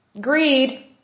Greed